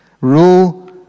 rule